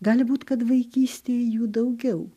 gali būt kad vaikystėje jų daugiau